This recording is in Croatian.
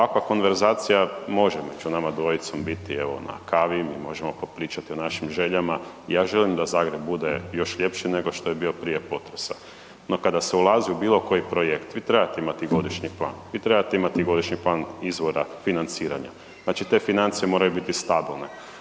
Ovakva konverzacija može među nama dvojicom biti evo na kavi, mi možemo popričati o našim željama i ja želim da Zagreb bude još ljepši nego što je bio prije potresa, no kada se ulazi u bilo koji projekt vi trebate imati godišnji plan, vi trebate imati godišnji plan izvora financiranja, znači te financije moraju biti stabilne.